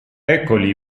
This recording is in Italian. eccoli